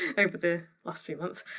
over the last few months.